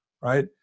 right